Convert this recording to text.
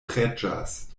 preĝas